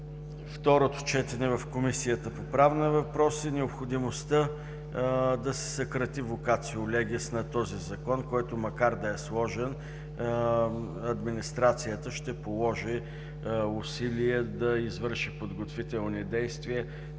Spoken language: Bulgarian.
второто четене в Комисията по правни въпроси необходимостта да се съкрати вокацио легис на този Закон, който макар да е сложен, администрацията ще положи усилия да извърши подготвителни действия,